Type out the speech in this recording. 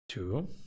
Two